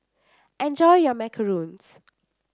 enjoy your Macarons